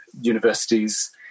universities